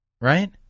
Right